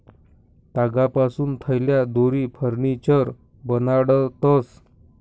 तागपासून थैल्या, दोरी, फर्निचर बनाडतंस